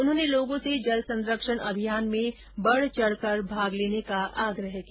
उन्होंने लोगों से जल संरक्षण अभियान में बढ चढकर भाग लेने का आग्रह किया